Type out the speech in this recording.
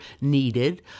needed